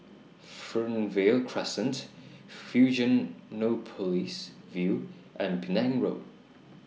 Fernvale Crescent Fusionopolis View and Penang Road